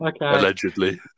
Allegedly